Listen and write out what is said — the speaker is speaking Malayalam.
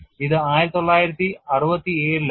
ഇത് 1967 ലായിരുന്നു